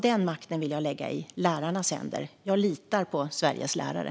Den makten vill jag lägga i lärarnas händer. Jag litar på Sveriges lärare.